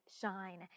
shine